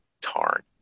tarn